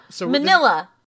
Manila